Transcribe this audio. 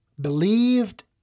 believed